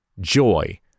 joy